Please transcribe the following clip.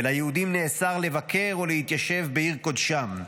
ועל יהודים נאסר לבקר או להתיישב בעיר קודשם.